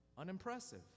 unimpressive